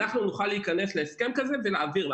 אנחנו נוכל להיכנס להסכם כזה ולהעביר לה.